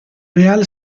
real